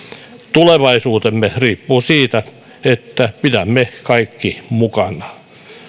tulevaisuutemme riippuu siitä että pidämme kaikki mukana